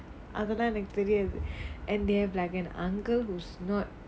அதுலாம் எனக்கு தெரியாது:athulaam ennakku teriyaathu and they have like an uncle who's not